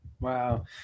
Wow